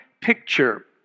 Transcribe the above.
picture